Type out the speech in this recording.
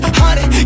honey